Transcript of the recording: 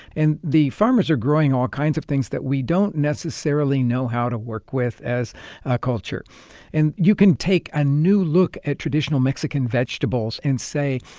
and the farmers are growing all kinds of things that we don't necessarily know how to work with as a culture and you can take a new look at traditional mexican vegetables and say,